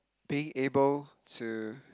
being able to